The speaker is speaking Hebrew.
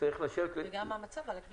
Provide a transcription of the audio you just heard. וגם המצב על הכבישים.